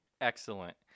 excellent